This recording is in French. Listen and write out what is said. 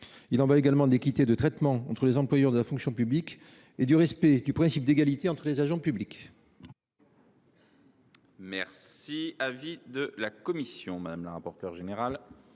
Il y va également de l’équité de traitement entre les employeurs de la fonction publique et du respect du principe d’égalité entre les agents publics. Quel est l’avis de la commission ? La commission et le Sénat